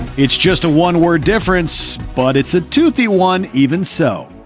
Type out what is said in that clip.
it's just a one-word difference, but it's a toothy one even so.